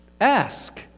ask